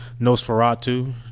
Nosferatu